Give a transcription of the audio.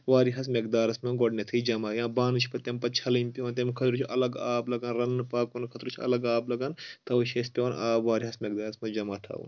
واریاہس مٮ۪قدارَس منٛز گۄڈٕنیٚتھٕے جمع یا بانہٕ چھِ پَتہٕ تَمہِ پَتہٕ چھَلٕنۍ پیٚوان تمہِ خٲطرٕ چھُ الگ آب لَگان رَنٛنہٕ پاکنہٕ خٲطرٕ چھُ الگ آب لگان توے چھِ اسہِ پیٚوان آب واریاہَس مقدارَس منٛز جمع تھاوُن